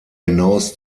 hinaus